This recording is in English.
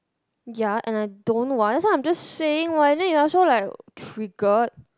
ya and I don't what then I'm just saying what then you're so like triggered